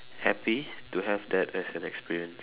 happy to have that as an experience